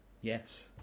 Yes